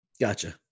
Gotcha